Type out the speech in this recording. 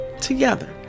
Together